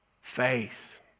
faith